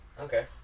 Okay